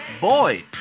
boys